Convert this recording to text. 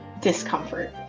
discomfort